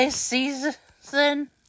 season